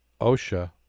OSHA